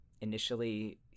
initially